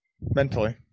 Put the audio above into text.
mentally